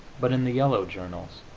but in the yellow journals.